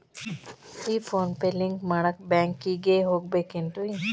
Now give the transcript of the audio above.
ಈ PhonePe link ಮಾಡಾಕ ಬ್ಯಾಂಕಿಗೆ ಹೋಗ್ಬೇಕೇನ್ರಿ?